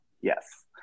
Yes